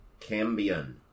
Cambion